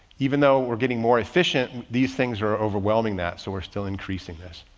even though we're getting more efficient, these things are overwhelming that. so we're still increasing this.